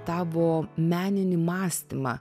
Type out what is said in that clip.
tavo meninį mąstymą